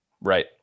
Right